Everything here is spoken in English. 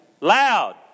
Loud